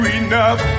enough